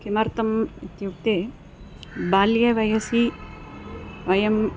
किमर्थम् इत्युक्ते बाल्यवयसि वयम्